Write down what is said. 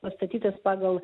pastatytas pagal